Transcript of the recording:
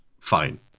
fine